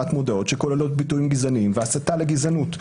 מודעות שכוללות ביטויים גזעניים והסתה לגזענות.